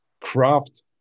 Craft